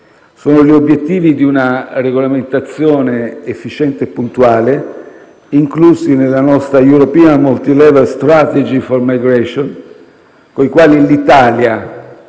Sono gli obiettivi di una regolamentazione efficiente e puntuale, inclusi nella nostra European Multilevel Strategy for Migration, con i quali l'Italia,